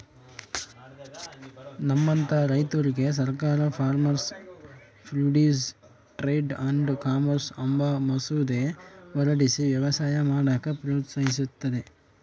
ನಮ್ಮಂತ ರೈತುರ್ಗೆ ಸರ್ಕಾರ farmers produce trade and commerce ಅಂಬ ಮಸೂದೆ ಹೊರಡಿಸಿ ವ್ಯವಸಾಯ ಮಾಡಾಕ ಪ್ರೋತ್ಸಹಿಸ್ತತೆ